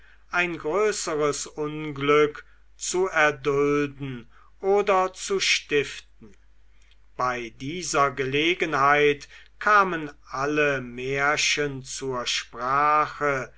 ein größeres unglück zu erdulden oder zu stiften bei dieser gelegenheit kamen alle märchen zur sprache